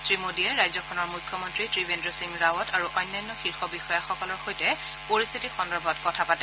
শ্ৰীমোদীয়ে ৰাজ্যখনৰ মুখ্যমন্তী ত্ৰিবেদ্ৰ সিং ৰাৱট আৰু অন্যান্য শীৰ্ষ বিষয়াসকলৰ সৈতে পৰিস্থিতি সন্দৰ্ভত কথা পাতে